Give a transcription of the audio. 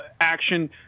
action